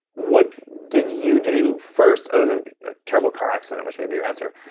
what did you do first other than the terrible car accident, which may be your answer,